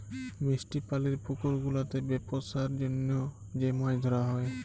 মিষ্টি পালির পুকুর গুলাতে বেপসার জনহ যে মাছ ধরা হ্যয়